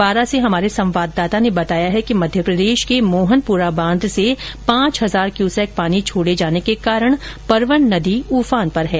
बारां से हमारे संवाददाता ने बताया कि मध्य प्रदेश के मोहनपुरा बांध से पांच हजार क्यूसेक पानी छोड़े जाने के कारण परवन नदी उफान पर है